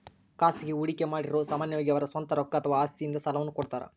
ಖಾಸಗಿ ಹೂಡಿಕೆಮಾಡಿರು ಸಾಮಾನ್ಯವಾಗಿ ಅವರ ಸ್ವಂತ ರೊಕ್ಕ ಅಥವಾ ಅವರ ಆಸ್ತಿಯಿಂದ ಸಾಲವನ್ನು ಕೊಡುತ್ತಾರ